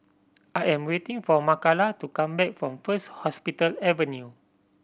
I am waiting for Makala to come back from First Hospital Avenue